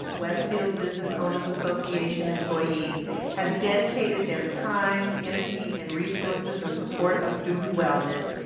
westfield business owners association employees have dedicated their time, energy and resources in support of student wellness,